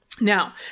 Now